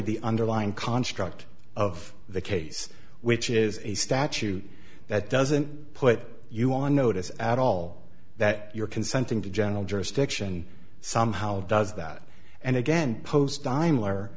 the underlying construct of the case which is a statute that doesn't put you on notice at all that you're consenting to general jurisdiction somehow does that and again post time l